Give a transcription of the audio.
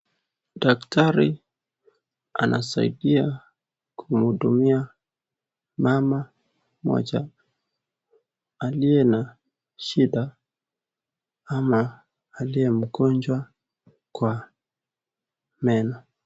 Daktari anasaidia kuhudumia mama mmoja aliye na shida ama aliye mgonjwa kwa meno.